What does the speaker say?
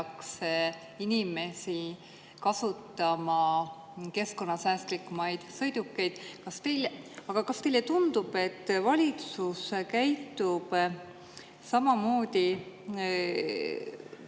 inimesi kasutama keskkonnasäästlikumaid sõidukeid. Aga kas teile ei tundu, et valitsus käitub samamoodi